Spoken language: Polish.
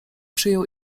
przyjął